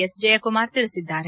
S Jayakumar ತಿಳಿಸಿದ್ದಾರೆ